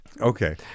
Okay